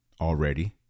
already